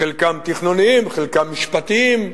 חלקם תכנוניים, חלקם משפטיים.